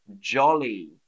Jolly